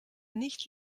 nicht